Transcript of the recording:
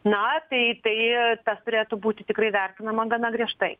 na tai tai tas turėtų būti tikrai vertinama gana griežtai